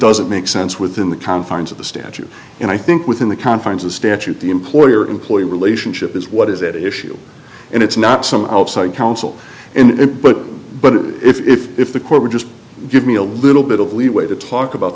doesn't make sense within the confines of the statute and i think within the confines of statute the employer employee relationship is what is it issue and it's not some outside counsel and but but if if if the court would just give me a little bit of leeway to talk about